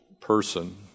person